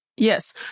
Yes